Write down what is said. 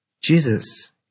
Jesus